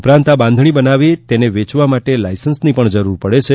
ઉપરાંત આ બાંધણી બનાવી અને વેચવા માટે લાયસન્સની પણ જરૂર પડે છે